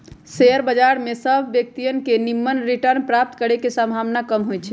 share बजार में सभ व्यक्तिय के निम्मन रिटर्न प्राप्त करे के संभावना कम होइ छइ